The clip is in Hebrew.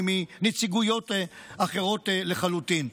מנציגויות אחרות לחלוטין.